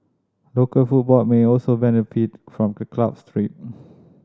local football may also benefit from the club's trip